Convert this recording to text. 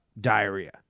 diarrhea